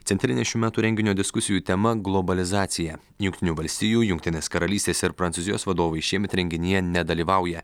centrinė šių metų renginio diskusijų tema globalizacija jungtinių valstijų jungtinės karalystės ir prancūzijos vadovai šiemet renginyje nedalyvauja